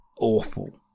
awful